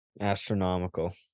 Astronomical